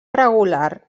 regular